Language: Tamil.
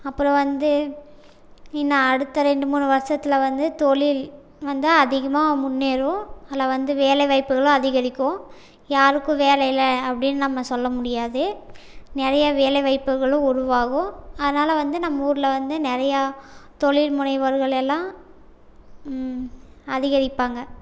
அப்புறம் வந்து இன்னும் அடுத்த ரெண்டு மூணு வருசத்தில் வந்து தொழில் வந்து அதிகமாக முன்னேறும் அதில் வந்து வேலைவாய்ப்புகளும் அதிகரிக்கும் யாருக்கும் வேலை இல்லை அப்படின்னு நம்ம சொல்ல முடியாது நிறைய வேலைவாய்ப்புகளும் உருவாகும் அதனால வந்து நம் ஊரில் வந்து நிறையா தொழில் முனைவர்கள் எல்லாம் அதிகரிப்பாங்க